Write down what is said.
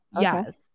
yes